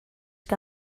que